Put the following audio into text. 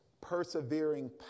persevering